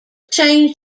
change